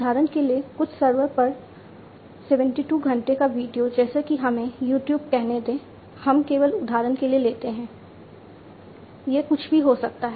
उदाहरण के लिए कुछ सर्वर पर 72 घंटे का वीडियो जैसे कि हमें YouTube कहने दें हम केवल उदाहरण के लिए लेते हैं यह कुछ भी हो सकता है